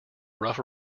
rough